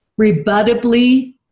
Rebuttably